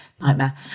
nightmare